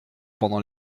pendant